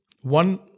one